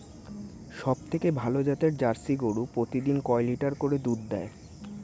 সবথেকে ভালো জাতের জার্সি গরু প্রতিদিন কয় লিটার করে দুধ দেয়?